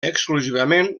exclusivament